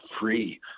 free